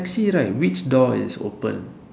see right which door is open